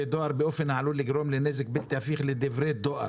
באופן העלול לגרום לנזק בלתי הפיך לדברי דואר.